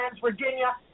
Virginia